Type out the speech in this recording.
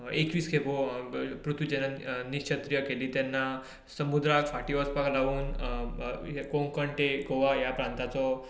एकवीस खेपो पृथ्वी जेन्ना निशत्रीय केली तेन्ना समुद्रांत फाटी वचपाक लागून कोंकण ते गोवा ह्या प्रांताचो